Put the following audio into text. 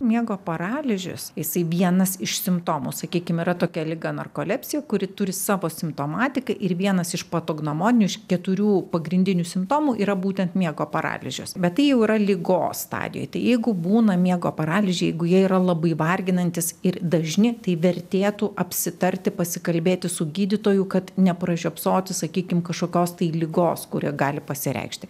miego paralyžius jisai vienas iš simptomų sakykim yra tokia liga narkolepsija kuri turi savo simptomatiką ir vienas iš patognomoninių iš keturių pagrindinių simptomų yra būtent miego paralyžius bet tai jau yra ligos stadijoj tai jeigu būna miego paralyžiai jeigu jie yra labai varginantys ir dažni tai vertėtų apsitarti pasikalbėti su gydytoju kad nepražiopsoti sakykim kažkokios tai ligos kuri gali pasireikšti